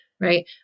Right